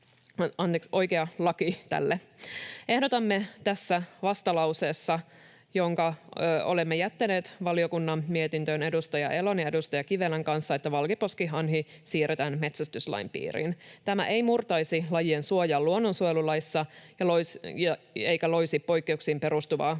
Ehdotamme tässä vastalauseessa, jonka olemme jättäneet valiokunnan mietintöön edustaja Elon ja edustaja Kivelän kanssa, että valkoposkihanhi siirretään metsästyslain piiriin. Tämä ei murtaisi lajien suojaa luonnonsuojelulaissa eikä loisi poikkeuksiin perustuvaa